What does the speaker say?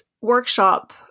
workshop